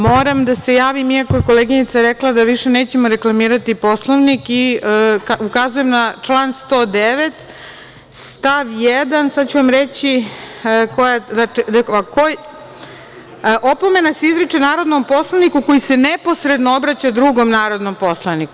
Moram da se javim iako je koleginica rekla da više nećemo reklamirati Poslovnik i ukazujem na član 109. stav 1. - opomena se izriče narodnom poslaniku koji se neposredno obraća drugom narodnom poslaniku.